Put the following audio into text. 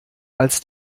als